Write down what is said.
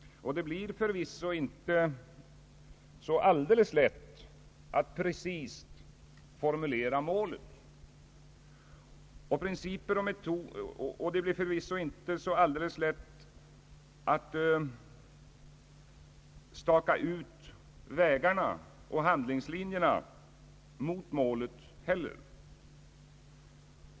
Det blir förvisso inte så alldeles lätt att precist formulera målet, liksom inte heller att staka ut vägarna och handlingslinjerna för att nå målet.